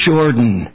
Jordan